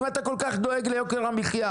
אם אתה כל כך דואג ליוקר המחיה.